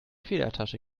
federtasche